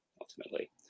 ultimately